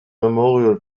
memorial